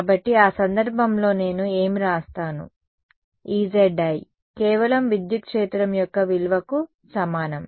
కాబట్టి ఆ సందర్భంలో నేను ఏమి వ్రాస్తాను Ezi కేవలం విద్యుత్ క్షేత్రం యొక్క విలువ కు సమానం